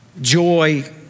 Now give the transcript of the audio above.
Joy